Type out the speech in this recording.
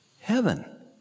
Heaven